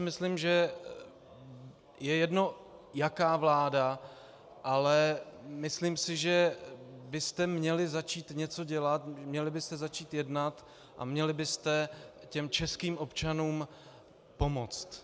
Myslím si, že je jedno, jaká vláda, ale myslím si, že byste měli začít něco dělat, měli byste začít jednat a měli byste těm českým občanům pomoct.